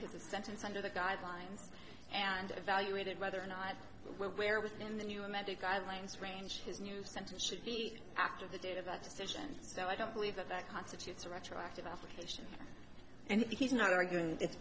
to the sentence under the guidelines and evaluated whether or not where within the new amended guidelines range his new sentence should be after the date of a decision so i don't believe that that constitutes a retroactive application and he's not arguing